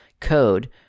code